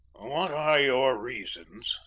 what are your reasons,